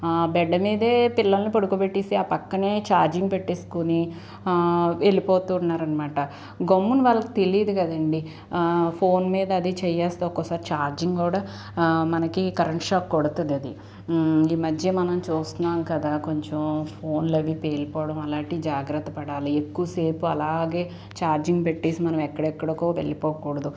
bed మీదే పిల్లల్ని పడుకోబెట్టేసి ఆ పక్కనే ఛార్జింగ్ పెట్టేసుకుని వెళ్ళిపోతున్నారు అనమాట గమ్మున వాళ్ళకి తెలీదు కదండీ ఫోన్ మీద అదే చెయ్యి వేస్తే ఒక్కోసారి చార్జింగ్ కూడా మనకి కరెంట్ షాక్ కొడుతుంది అది ఈ మధ్య మనం చూస్తున్నాం కదా కొంచెం ఫోన్లు అవి పేలిపోవడం అలాంటి జాగ్రత్త పడాలి ఎక్కువసేపు అలాగే చార్జింగ్ పెట్టేసి మనం ఎక్కడెక్కడో వెళ్ళిపోకూడదు